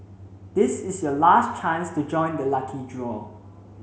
this is your last chance to join the lucky draw